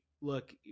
look